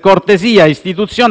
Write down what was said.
cortesia istituzionale, ha proceduto al rinvio in attesa del nuovo Governo.